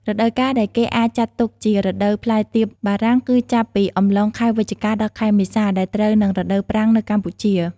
រដូវកាលដែលគេអាចចាត់ទុកជា រដូវផ្លែទៀបបារាំង គឺចាប់ពី អំឡុងខែវិច្ឆិកា ដល់ខែមេសា ដែលត្រូវនឹងរដូវប្រាំងនៅកម្ពុជា។